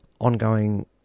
ongoing